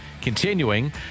Continuing